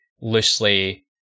loosely